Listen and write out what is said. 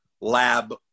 lab